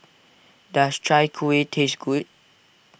does Chai Kuih taste good